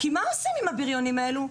כי מה עושים עם הבריונים האלה?